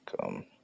come